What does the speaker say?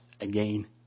again